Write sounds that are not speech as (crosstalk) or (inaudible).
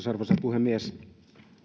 (unintelligible) arvoisa puhemies